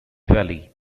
valley